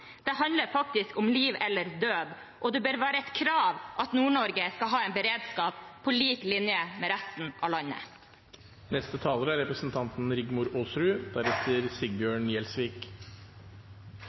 Det handler faktisk om liv eller død, og det bør være et krav at Nord-Norge skal ha en beredskap på lik linje med resten av